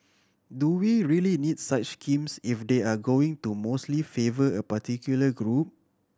do we really needs such schemes if they're going to mostly favour a particular group